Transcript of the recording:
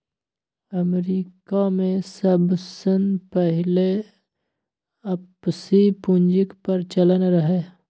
अमरीकामे सबसँ पहिने आपसी पुंजीक प्रचलन रहय